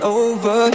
over